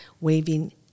waving